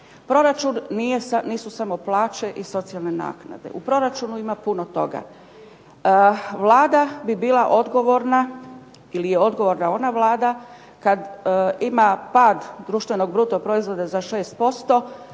Proračun nisu samo plaće i socijalne naknade, u proračunu ima puno toga. Vlada bi bila odgovorna ili je odgovorna ona Vlada kad ima pad društvenog bruto proizvoda za 6%